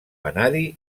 vanadi